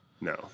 No